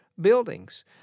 buildings